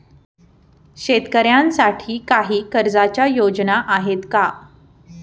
शेतकऱ्यांसाठी काही कर्जाच्या योजना आहेत का?